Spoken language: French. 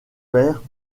père